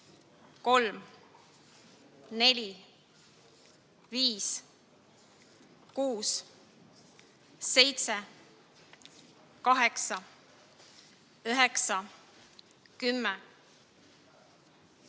3, 4, 5, 6, 7, 8, 9, 10, 11,